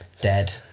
dead